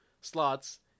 slots